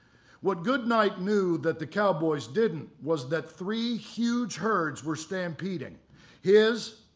what goodnight knew that the cowboys didn't was that three huge herds were stampeding his,